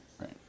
right